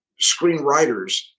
screenwriters